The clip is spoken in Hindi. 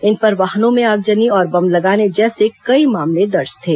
इन पर वाहनों में आगजनी और बम लगाने जैसे कई मामले दर्ज थे